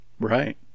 Right